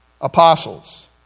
apostles